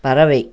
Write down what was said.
பறவை